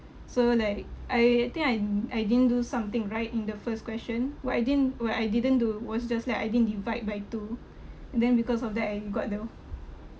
so like I I think I I didn't do something right in the first question what I didn't what I didn't do was just like I didn't divide by two and then because of that I got the